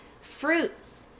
fruits